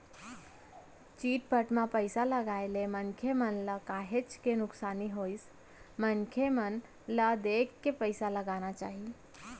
chit fund म पइसा लगाए ले मनसे मन ल काहेच के नुकसानी होइस मनसे मन ल देखे के पइसा लगाना चाही